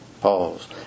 Pause